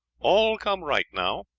all come right now.